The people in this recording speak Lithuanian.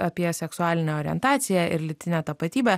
apie seksualinę orientaciją ir lytinę tapatybę